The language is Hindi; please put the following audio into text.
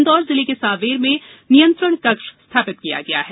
इन्दौर जिले के सांवेर में नियंत्रण कक्ष स्थापित किया गया है